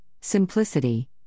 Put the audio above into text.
simplicity